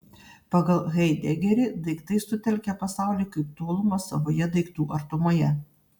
pagal haidegerį daiktai sutelkia pasaulį kaip tolumą savoje daiktų artumoje